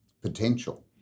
potential